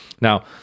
Now